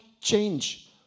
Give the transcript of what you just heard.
change